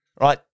Right